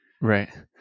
right